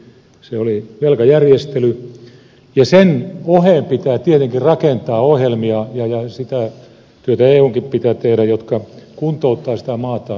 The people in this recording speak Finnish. se oli velkajärjestely ja sen oheen pitää tietenkin rakentaa ohjelmia ja sitä työtä eunkin pitää tehdä jotka kuntouttavat sitä maata pysyvällä tavalla